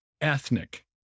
ethnic